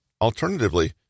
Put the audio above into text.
Alternatively